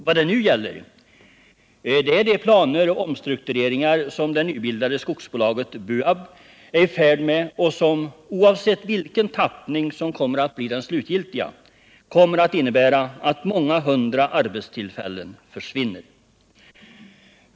Vad det nu gäller är de planer och omstruktureringar som det nybildade skogsbolaget BUAB är i färd med att göra och som, oavsett vilken tappning som kommer att bli den slutgiltiga, kommer att innebära att många hundra arbetstillfällen försvinner.